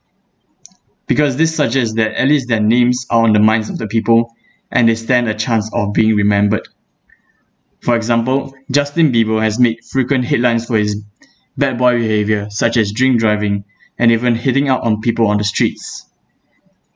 because this suggests that at least their names are on the minds of the people and they stand a chance of being remembered for example justin bieber has made frequent headlines for his bad boy behaviour such as drink driving and even hitting out on people on the streets